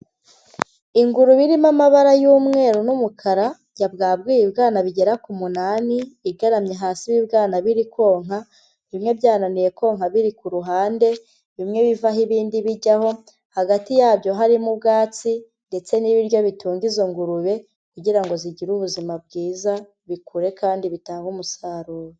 Ingurube irimo amabara y'umweru n'umukara, yabwaguye ibibwana bigera ku munani, igaramye hasi ibibwana biri konka, bimwe byananiwe konka biri ku ruhande, bimwe bivaho ibindi bijyaho, hagati yabyo harimo ubwatsi ndetse n'ibiryo bitunga izo ngurube, kugira ngo zigire ubuzima bwiza bikure kandi bitange umusaruro.